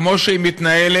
כמו שהיא מתנהלת,